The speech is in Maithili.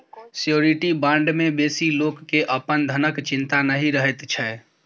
श्योरिटी बॉण्ड मे बेसी लोक केँ अपन धनक चिंता नहि रहैत छै